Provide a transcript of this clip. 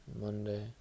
Monday